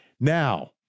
Now